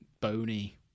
bony